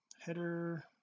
header